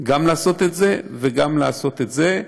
גם לעשות את זה וגם לעשות את זה.